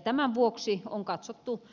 tämän vuoksi on katsottu